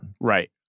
Right